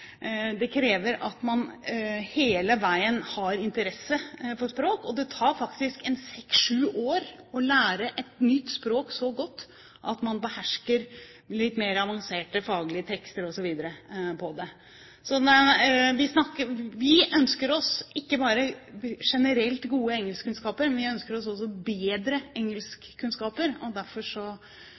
man hele veien har interesse for språk, og det tar faktisk seks–sju år å lære et nytt språk så godt at man behersker litt mer avanserte faglige tekster osv. Vi ønsker oss ikke bare generelt gode engelskkunnskaper, men vi ønsker oss også bedre engelskkunnskaper, og derfor